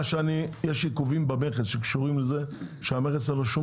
יש עיכובים במכס שקשורים לזה שלמכס אין שום